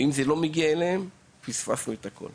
אבל אם זה לא מגיע אליהם אז פספסנו את הכול.